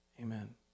Amen